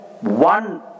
one